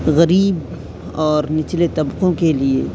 غریب اور نچلے طبقوں کے لیے